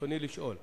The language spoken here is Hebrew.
רצוני לשאול: